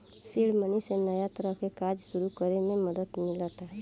seed money से नया तरह के कार्य सुरू करे में मदद मिलता